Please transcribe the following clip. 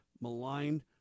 maligned